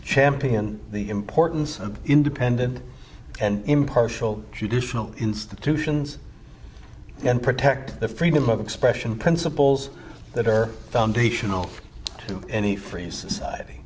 champion the importance of independent and impartial judicial institutions and protect the freedom of expression principles that are foundational to any free society